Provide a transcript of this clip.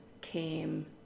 came